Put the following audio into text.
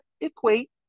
equate